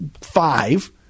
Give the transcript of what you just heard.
five